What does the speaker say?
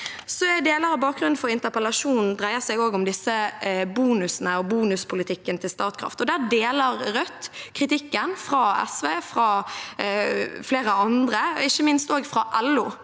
bakgrunnen for interpellasjonen dreier seg også om disse bonusene og bonuspolitikken til Statkraft, og der deler Rødt kritikken fra SV og fra flere andre, ikke minst fra LO.